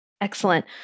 Excellent